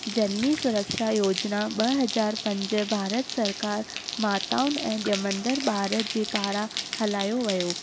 जननी सुरक्षा योजना ॿ हज़ार पंज भारत सरकार माताउनि ऐं जमंदड़ ॿार जे पारां हलायो वियो